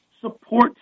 support